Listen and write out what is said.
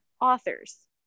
authors